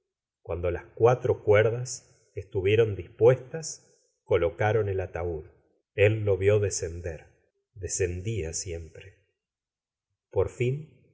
cuando las cuatro cuerdas estuvieron dispuestas colocaron el ataúd ello vió descender descendía siempre por fin